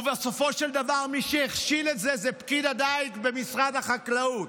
בסופו של דבר מי שהכשיל את זה היה פקיד הדיג במשרד החקלאות.